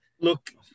look